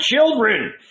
children